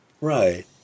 right